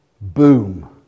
Boom